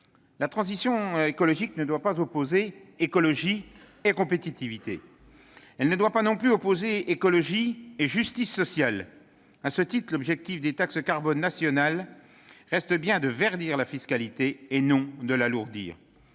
La transition écologique ne doit pas opposer écologie et compétitivité ; elle ne doit pas non plus opposer écologie et justice sociale. À cet égard, l'objectif des taxes nationales reste bien de verdir la fiscalité, et non de l'alourdir.